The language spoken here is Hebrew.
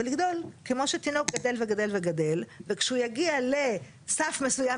כמו שתינוק גדל וגדל וכשהוא יגיע לסף מסוים,